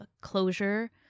closure